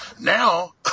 Now